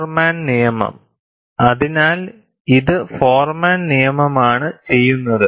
ഫോർമാൻ നിയമം അതിനാൽ ഇത് ഫോർമാൻ നിയമമാണ് ചെയ്യുന്നത്